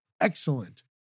Excellent